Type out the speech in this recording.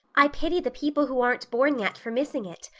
i pity the people who aren't born yet for missing it.